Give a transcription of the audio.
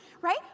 right